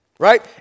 right